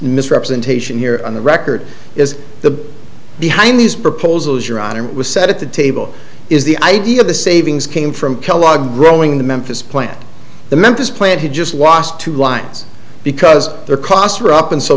misrepresentation here on the record is the behind these proposals your honor what was said at the table is the idea of the savings came from kellogg growing in the memphis plant the memphis plant who just lost two lines because their costs were up